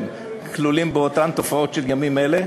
כלולים באותן תופעות של ימים אלה,